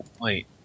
Wait